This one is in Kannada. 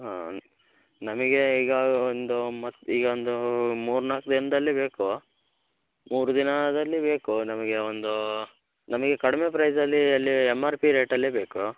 ಹಾಂ ನಮಗೆ ಈಗ ಒಂದು ಮತ್ತು ಈಗೊಂದು ಮೂರು ನಾಲ್ಕು ದಿನದಲ್ಲಿ ಬೇಕು ಮೂರು ದಿನದಲ್ಲಿ ಬೇಕು ನಮಗೆ ಒಂದು ನಮಗೆ ಕಡಿಮೆ ಪ್ರೈಸಲ್ಲಿ ಅಲ್ಲಿ ಎಮ್ ಆರ್ ಪಿ ರೇಟಲ್ಲೇ ಬೇಕು